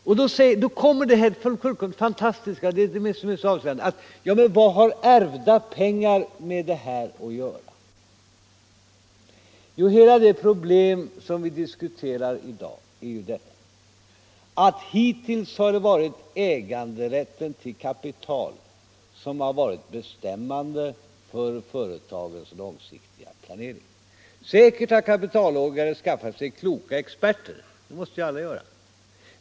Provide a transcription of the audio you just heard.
Och så kommer denna fantastiska och så avslöjande fråga: Vad har ärvda pengar med detta att göra? Jo, hela det problem vi i dag diskuterar är ju detta, att hittills har det varit äganderätten till kapital som har varit bestämmande för företagens långsiktiga planering. Kapitalägarna har säkert skaffat sig kloka experter. Det måste alla göra.